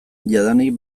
jadanik